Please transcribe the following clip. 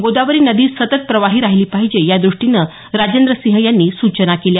गोदावरी नदी सतत प्रवाही राहिली पाहिजे या दृष्टीनं राजेंद्र सिंह यांनी सूचना केल्या